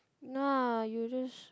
nah you just